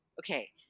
okay